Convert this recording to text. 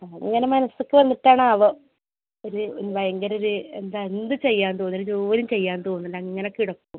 ആ ഇങ്ങനെ മനസുക്ക് വന്നിട്ടാണാവോ ഒരു ഭയങ്കരം ഒരു എന്താ എന്ത് ചെയ്യാൻ തോന്നില്ല ജോലിയും ചെയ്യാൻ തോന്നില്ല അങ്ങനെ കിടക്കും